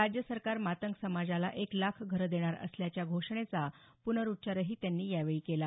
राज्य सरकार मातंग समाजाला एक लाख घरं देणार असल्याच्या घोषणेचा पुनरुच्चारही त्यांनी यावेळी केला